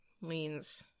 leans